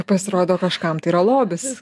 pasirodo kažkam tai yra lobis